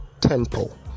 temple